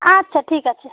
আচ্ছা ঠিক আছে